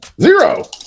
zero